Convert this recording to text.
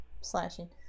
slashing